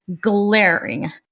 glaring